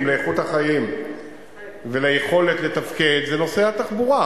לאיכות החיים וליכולת לתפקד זה נושא התחבורה,